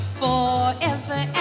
forever